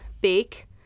bake